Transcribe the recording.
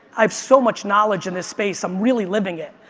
i have so much knowledge in this space, i'm really living it.